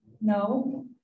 No